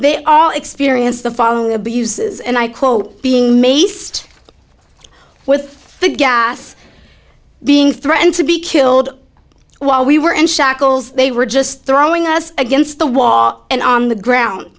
they all experienced the following abuses and i quote being mazed with the gas being threatened to be killed while we were in shackles they were just throwing us against the wall and on the ground